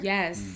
Yes